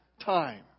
time